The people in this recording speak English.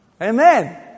Amen